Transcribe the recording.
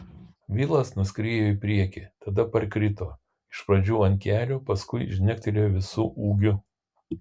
vilas nuskriejo į priekį tada parkrito iš pradžių ant kelių paskui žnektelėjo visu ūgiu